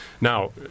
Now